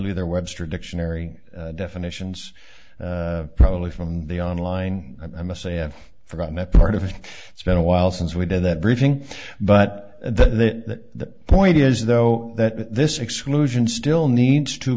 there webster dictionary definitions probably from the on line i must say i've forgotten that part of it it's been a while since we did that briefing but then that point is though that this exclusion still needs to